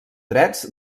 drets